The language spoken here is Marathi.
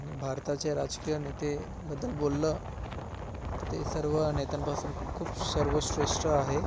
आणि भारताच्या राजकीय नेते बद्दल बोललं तर ते सर्व नेत्यांपासून खूप सर्वश्रेष्ठ आहे